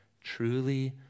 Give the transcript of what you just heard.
truly